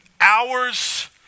hours